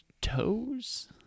Toes